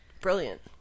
brilliant